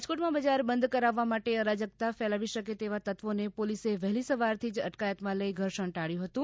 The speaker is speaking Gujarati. રાજકોટ માં બજાર બંધ કરવાવા માટે અરાજકતા ફેલાવી શકે તેવા તત્વોને પોલીસે વહેલી સવારથી જ અટકાયતમાં લઈ ઘર્ષણ ટાબ્યું હતું